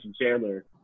Chandler